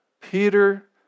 Peter